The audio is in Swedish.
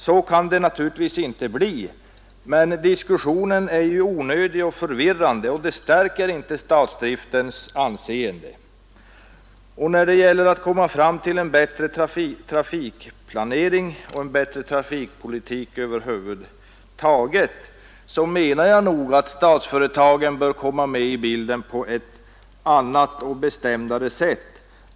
Så kan det naturligtvis inte bli, men diskussionen är onödig och förvirrande och stärker inte statsdriftens anseende. När det gäller att komma fram till en bättre trafikplanering och en bättre trafikpolitik över huvud taget menar jag att statsföretagen bör komma med i bilden på ett annat och bestämdare sätt.